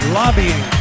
lobbying